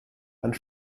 and